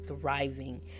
thriving